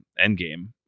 Endgame